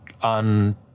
on